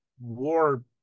war